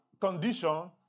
condition